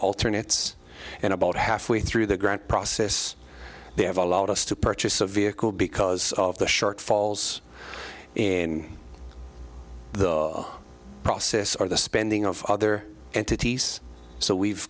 alternatives and about halfway through the grant process they have allowed us to purchase a vehicle because of the shortfalls in the process or the spending of other entities so we've